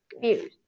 views